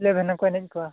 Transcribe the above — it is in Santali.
ᱤᱞᱮᱵᱷᱮᱱ ᱦᱚᱸᱠᱚ ᱮᱱᱮᱡ ᱠᱚᱣᱟ